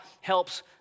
helps